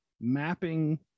mapping